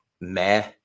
meh